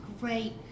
great